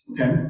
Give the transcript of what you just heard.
Okay